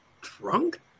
drunk